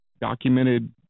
documented